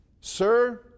Sir